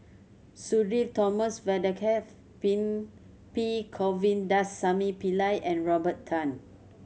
Sudhir Thomas Vadaketh P Govindasamy Pillai and Robert Tan